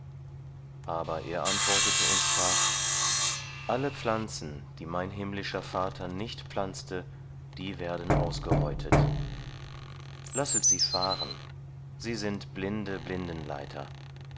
aber er antwortete und sprach alle pflanzen die mein himmlischer vater nicht pflanzte die werden ausgereutet lasset sie fahren sie sind blinde